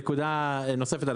נקודה נוספת.